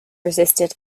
resisted